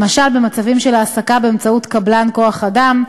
למשל מצבים של העסקה באמצעות קבלן כוח-אדם,